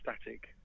static